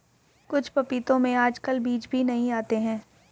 कुछ पपीतों में आजकल बीज भी नहीं आते हैं